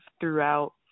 throughout